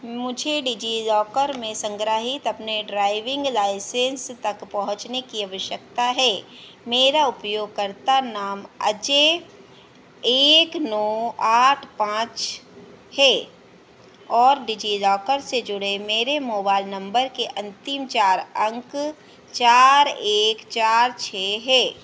मुझे डिज़िलॉकर में सन्ग्रहीत अपने ड्राइविन्ग लाइसेन्स तक पहुँचने की आवश्यकता है मेरा उपयोगकर्ता नाम अजय एक नौ आठ पाँच है और डिज़िलॉकर से जुड़े मेरे मोबाइल नम्बर के अन्तिम चार अंक चार एक चार छह हैं